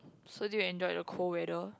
so do you enjoyed the cold weather